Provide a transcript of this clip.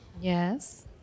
Yes